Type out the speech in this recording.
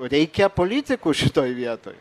reikia politikų šitoj vietoj